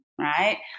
right